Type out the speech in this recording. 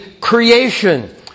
creation